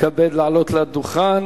יתכבד לעלות לדוכן